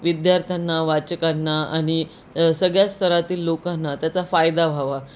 विद्यार्थ्यांना वाचकांना आणि सगळ्या स्तरातील लोकांना त्याचा फायदा व्हावा